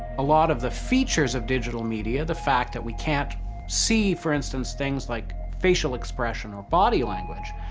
a lot of the features of digital media, the fact that we can't see, for instance, things like facial expression or body language,